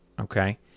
okay